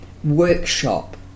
Workshop